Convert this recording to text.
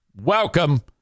Welcome